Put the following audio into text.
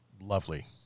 lovely